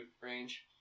range